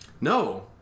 no